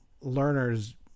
learners